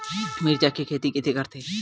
मिरचा के खेती कइसे करथे?